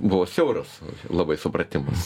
buvo siauras labai supratimas